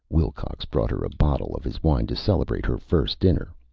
wilcox brought her a bottle of his wine to celebrate her first dinner.